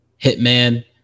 hitman